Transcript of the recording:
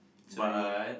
sorry